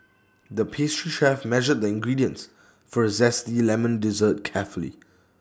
the pastry chef measured the ingredients for A Zesty Lemon Dessert carefully